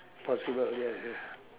possible yes yes